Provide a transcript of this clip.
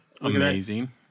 Amazing